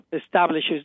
establishes